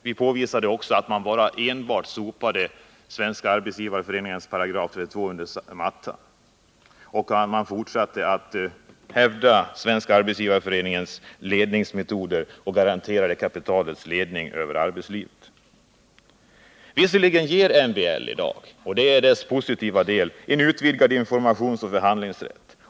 Vi påvisade också att man enbart sopade Svenska arbetsgivareföreningens § 32 under mattan och fortsatte att hävda Svenska arbetsgivareföreningens ledningsmetoder och garantera kapitalets ledning över arbetslivet. Visserligen ger MBL i dag — och det är dess positiva del — en utvidgad informationsoch förhandlingsrätt.